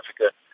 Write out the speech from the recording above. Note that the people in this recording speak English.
Africa